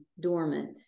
dormant